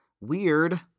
Weird